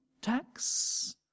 tax